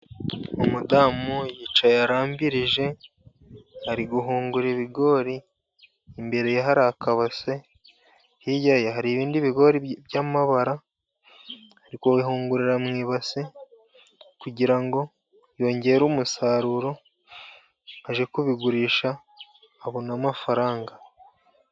Umugore yicaye arambirije, ari guhungura ibigori, imbere ye hari akabase, hirya ye hari ibindi bigori by'amabara, ari kubihungurira mu ibase kugira ngo yongere umusaruro ajye kubigurisha, abona amafaranga.